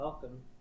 Welcome